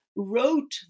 wrote